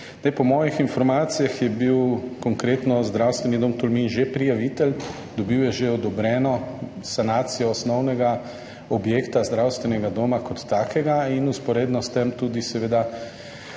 Po mojih informacijah je bil konkretno Zdravstveni dom Tolmin že prijavitelj, dobil je že odobreno sanacijo osnovnega objekta zdravstvenega doma kot takega in vzporedno s tem tudi seveda